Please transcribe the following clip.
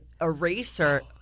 eraser